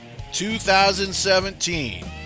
2017